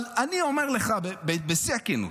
אבל אני אומר לך בשיא הכנות,